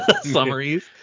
summaries